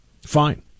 Fine